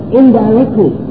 indirectly